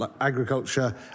agriculture